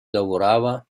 lavorava